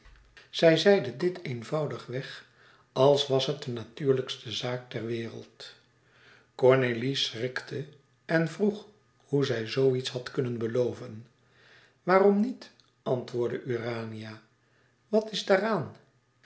zij zeide dit eenvoudig weg als was het de natuurlijkste zaak ter wereld cornélie schrikte en vroeg hoe zij zoo iets had kunnen beloven waarom niet antwoordde urania wat is daar